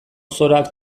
soroak